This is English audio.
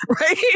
right